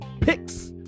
picks